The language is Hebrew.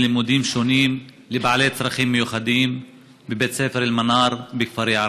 לימודים שונים לבעלי צרכים מיוחדים בבית הספר אל-מנאר בכפרי,